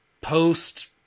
Post